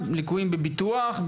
ליקויים בביטוח,